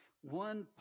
one